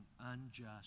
unjust